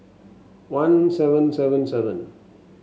one seven seven seven